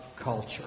Culture